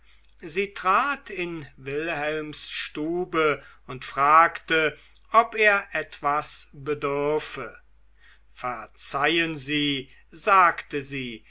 sie trat in wilhelms stube und fragte ob er etwas bedürfe verzeihen sie sagte sie